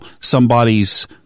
somebody's